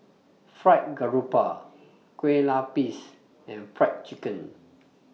Fried Garoupa Kueh Lapis and Fried Chicken